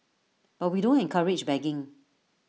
but we don't encourage begging